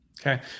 Okay